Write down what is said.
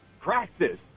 Practice